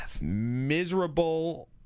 miserable